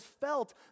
felt